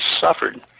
suffered